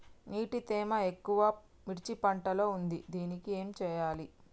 నీటి తేమ ఎక్కువ మిర్చి పంట లో ఉంది దీనికి ఏం చేయాలి?